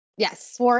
Yes